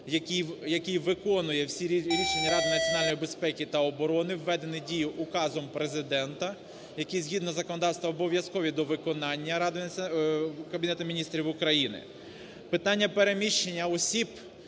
який виконує всі рішення Ради національної безпеки та оборони, введені в дію Указом Президента, які згідно законодавством обов'язкові до виконання Кабінету Міністрів України. Питання переміщення осіб